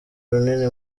runini